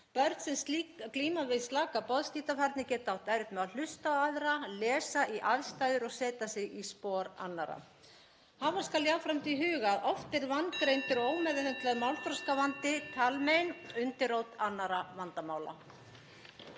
Börn sem glíma við slaka boðskiptafærni geta átt erfitt með að hlusta á aðra, lesa í aðstæður og setja sig í spor annarra. Hafa skal jafnframt í huga að oft er vangreindur og ómeðhöndlaður málþroskavandi, talmein, undirrót annarra vandamála.